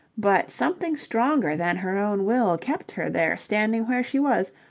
but something stronger than her own will kept her there standing where she was,